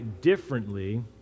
differently